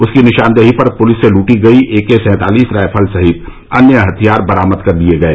उसकी निशानदेही पर पुलिस से लूटी गई एके सैंतालीस रायफल सहित अन्य हथियार बरामद कर लिये गये